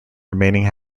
remaining